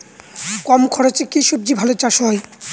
কম খরচে কি সবজি চাষ ভালো হয়?